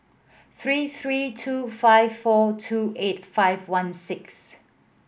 three three two five four two eight five one six